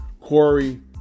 Corey